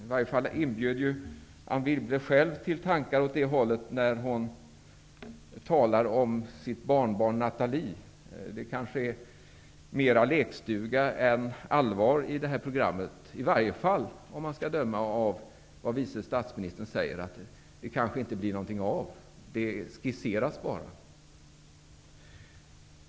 I varje fall inbjöd Anne Wibble själv till tankar åt det hållet när hon talade om sitt barnbarn Nathalie. Det kanske är mer lekstuga än allvar i detta program, i varje fall om man skall döma av vad vice statsministern sade om att det kanske inte blir något av detta utan att det bara skisseras.